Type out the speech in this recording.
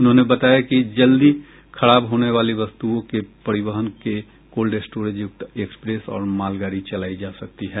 उन्होंने बताया कि जल्दी खराब होने वाली वस्तुओं के परिवहन के कोल्ड स्टोरेज युक्त एक्सप्रेस और मालगाडी चलाई जा सकती है